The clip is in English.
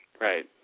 right